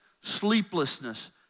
sleeplessness